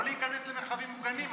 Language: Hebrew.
לא להיכנס למרחבים מוגנים?